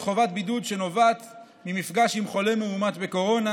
חובת בידוד שנובעת ממפגש עם חולה מאומת בקורונה,